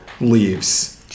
leaves